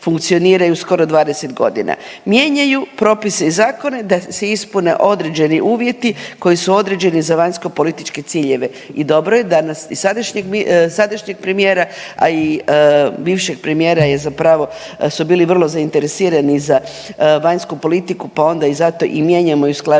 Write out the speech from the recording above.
funkcioniraju skoro 20 godina. Mijenjaju propise i zakone da se ispune određeni uvjeti koji su određeni za vanjskopolitičke ciljeve. I dobro danas i sadašnjeg premijera, a i bivšeg premijera je zapravo su bili vrlo zainteresirani za vanjsku politiku pa onda i zato i mijenjamo i usklađujemo